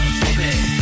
baby